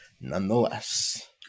nonetheless